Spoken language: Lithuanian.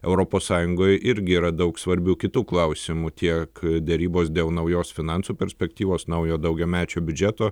europos sąjungoj irgi yra daug svarbių kitų klausimų tiek derybos dėl naujos finansų perspektyvos naujo daugiamečio biudžeto